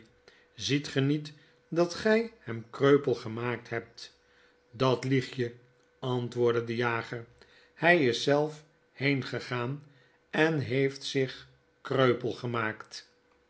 ziet ge niet dat gjj hem kreupel gemaakt hebt dat lieg je antwoordde de jager hy is zelf heengegaan en heeftzich kreupel gemaakt